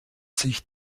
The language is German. sich